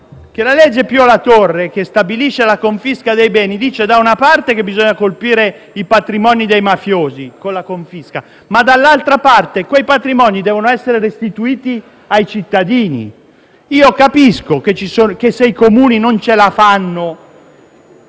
legge Pio La Torre, che stabilisce la confisca dei beni dice che, da una parte, bisogna colpire i patrimoni dei mafiosi con la confisca, ma, dall'altra parte, che quei patrimoni devono essere restituiti ai cittadini. Capisco che se i Comuni non ce la fanno,